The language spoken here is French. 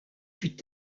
fut